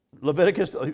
Leviticus